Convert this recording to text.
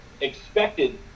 expected